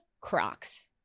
Crocs